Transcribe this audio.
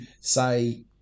say